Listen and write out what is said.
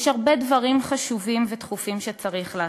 יש הרבה דברים חשובים ודחופים שצריך לעשות,